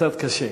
קצת קשה.